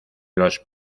los